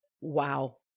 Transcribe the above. Wow